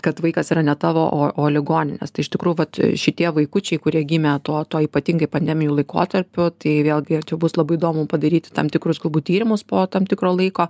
kad vaikas yra ne tavo o o ligoninės tai iš tikrųjų vat šitie vaikučiai kurie gimė tuo tuo ypatingai pandemijų laikotarpiu tai vėlgi čia bus labai įdomu padaryti tam tikrus galbūt tyrimus po tam tikro laiko